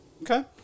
Okay